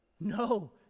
No